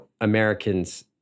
Americans